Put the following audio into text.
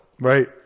Right